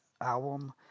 album